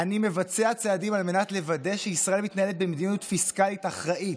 "אני מבצע צעדים על מנת לוודא שישראל מתנהלת במדיניות פיסקלית אחראית".